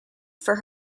for